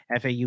FAU